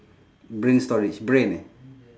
brain storage brain eh